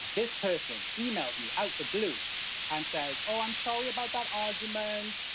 this person emails me out the blue and says, oh, i'm sorry about that argument.